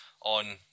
on